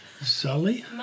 Sully